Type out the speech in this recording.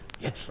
Yes